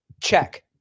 Check